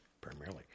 primarily